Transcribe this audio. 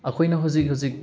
ꯑꯩꯈꯣꯏꯅ ꯍꯧꯖꯤꯛ ꯍꯧꯖꯤꯛ